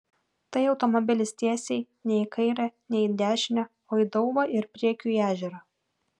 tai automobilis tiesiai nei į kairę nei į dešinę o į daubą ir priekiu į ežerą